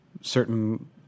certain